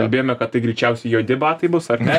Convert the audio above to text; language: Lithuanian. kalbėjome kad tai greičiausiai juodi batai bus ar ne